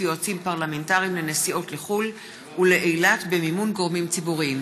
יועצים פרלמנטריים לנסיעות לחו"ל ולאילת במימון גורמים ציבוריים.